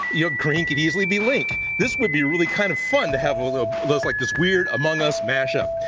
you know, green could easily be link. this would be really kind of fun to have a those like this weird among us mash up,